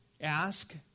Ask